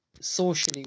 socially